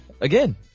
again